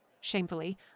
Shamefully